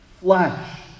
flesh